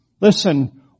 Listen